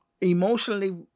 Emotionally